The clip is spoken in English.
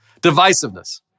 Divisiveness